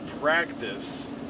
practice